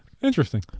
interesting